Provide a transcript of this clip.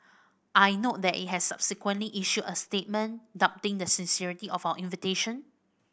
I note that it has subsequently issued a statement doubting the sincerity of our invitation